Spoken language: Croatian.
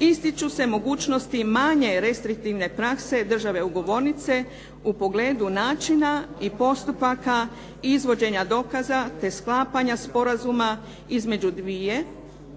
ističu se mogućnosti manje restriktivne prakse države ugovornice u pogledu načina i postupaka izvođenja dokaza, te sklapanja sporazuma između dvije